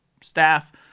staff